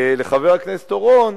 לחבר הכנסת אורון,